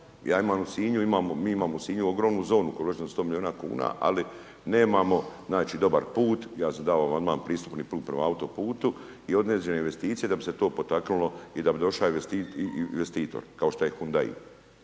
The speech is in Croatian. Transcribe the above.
Ja imam u Sinju, mi imamo u Sinju ogromnu zonu u koju je uloženo 100 miliona kuna, ali nemamo znači dobar put, ja sam dao amandman pristupni put prema autoputu i određene investicije da bi se to potaknulo i da bi doša investitor, kao šta je Hyundai,